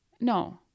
No